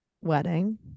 wedding